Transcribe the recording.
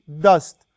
dust